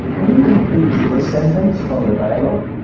can you complete this sentence from the dialogue?